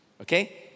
Okay